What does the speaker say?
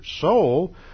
soul